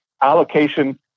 allocation